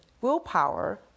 willpower